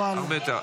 הרבה יותר.